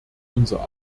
unser